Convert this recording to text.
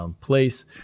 place